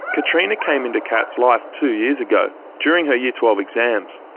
katrina came into kat's life two years ago, during her year twelve exams.